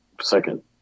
Second